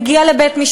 וזה מגיע לבית-משפט,